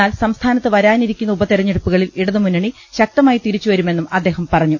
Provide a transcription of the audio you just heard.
എന്നാൽ സംസ്ഥാനത്ത് വരാനിരിക്കുന്ന ഉപ തെരഞ്ഞെടുപ്പുകളിൽ ഇടതു മുന്നണി ശക്ത മായി തിരിച്ചുവരുമെന്നും അദ്ദേഹം പറഞ്ഞു